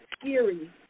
scary